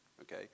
okay